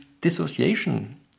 dissociation